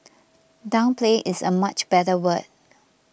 downplay is a much better word